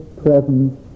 presence